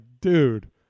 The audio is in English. dude